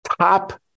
Top